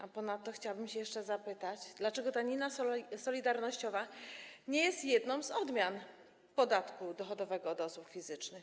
A ponadto chciałabym jeszcze zapytać, dlaczego danina solidarnościowa nie jest jedną z odmian podatku dochodowego od osób fizycznych.